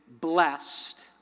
blessed